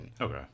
Okay